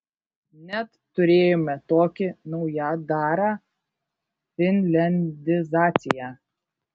net turėjome tokį naujadarą finliandizacija